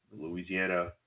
Louisiana